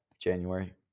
January